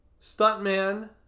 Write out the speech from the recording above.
stuntman